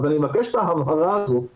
אז אני מבקש את ההבהרה הזאת מכבודכם,